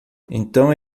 então